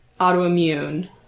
autoimmune